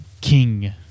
king